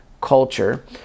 culture